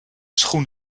schoen